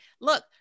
look